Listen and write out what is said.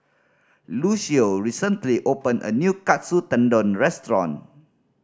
Lucio recently opened a new Katsu Tendon Restaurant